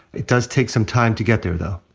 it does take some time to get there, though.